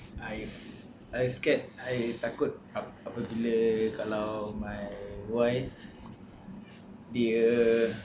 I I scared I takut bila kalau my wife dia